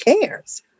cares